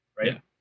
right